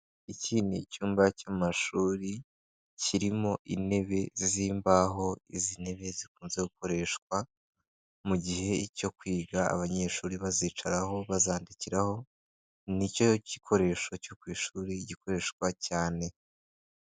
Iki ni icyumba cy'amashuri, kirimo intebe z'imbaho, izi ntebe zikunze gukoreshwa mu gihe cyo kwiga, abanyeshuri bazicaraho, bazandikiraho, ni cyo gikoresho cyo ku ishuri gikoreshwa cyane.